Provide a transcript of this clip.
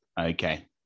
Okay